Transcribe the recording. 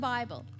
Bible